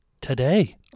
Today